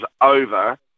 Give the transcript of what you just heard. over